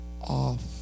off